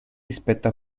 rispetto